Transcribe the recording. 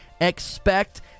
expect